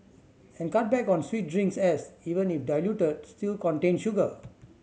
and cut back on sweet drinks as even if diluted still contain sugar